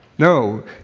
No